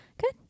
Good